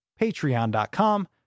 patreon.com